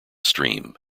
stream